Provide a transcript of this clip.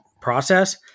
process